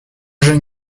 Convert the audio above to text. jeunes